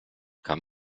kann